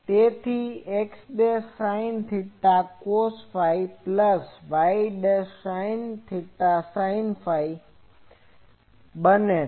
તેથી આ x sine theta cos phi Plus y sin theta sine phi બને છે